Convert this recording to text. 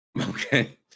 Okay